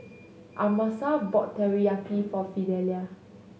Amasa bought Teriyaki for Fidelia